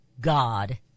God